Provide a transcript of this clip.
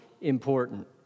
important